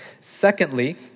Secondly